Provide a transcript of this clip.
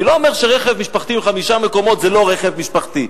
אני לא אומר שרכב משפחתי עם חמישה מקומות זה לא רכב משפחתי,